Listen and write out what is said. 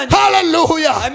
hallelujah